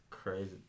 Crazy